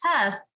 test